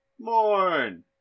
Morn